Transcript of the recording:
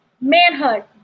manhood